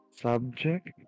Subject